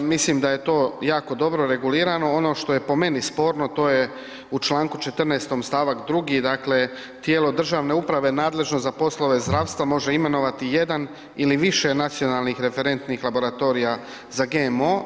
Mislim da je to jako dobro regulirano, ono što je po meni sporno, to je u čl. 14. st. 2, dakle, tijelo državne uprave nadležno za poslove zdravstva može imenovati jedan ili više nacionalnih referentnih laboratorija za GMO.